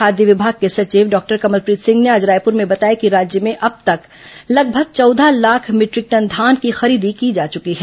खाद्य विभाग के सचिव डॉक्टर कमलप्रीत सिंह ने आज रायपुर में बताया कि राज्य में अब तक लगभग चौदह लाख मीटरिक टन धान की खरीदी की जा चुकी है